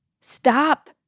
Stop